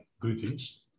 greetings